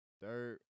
Third